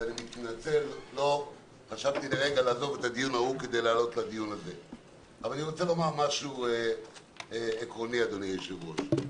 אבל אני רוצה לומר משהו עקרוני, אדוני היושב-ראש.